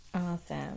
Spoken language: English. Awesome